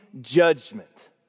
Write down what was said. judgment